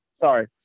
sorry